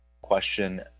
question